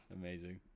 Amazing